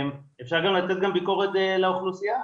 אפשר גם להעביר ביקורת לאוכלוסייה,